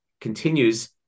continues